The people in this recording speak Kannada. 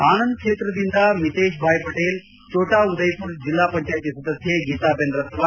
ಆನಂದ್ ಕ್ಷೇತ್ರದಿಂದ ಮಿತೇಶ್ ಭಾಯ್ ಪಟೇಲ್ ಜೋಟಾ ಉದಯ್ಪುರ್ ಜೆಲ್ಲಾ ಪಂಚಾಯತಿ ಸದಸ್ಯೆ ಗೀತಾಬೆನ್ ರತ್ವಾ